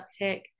uptick